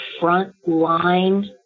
frontline